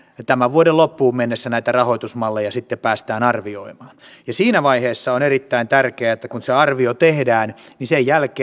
tämän vuoden loppuun mennessä näitä rahoitusmalleja päästään arvioimaan siinä vaiheessa on erittäin tärkeää että kun se arvio tehdään niin sen jälkeen